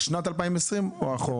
על שנת 2020 או אחורה?